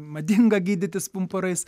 madinga gydytis pumpurais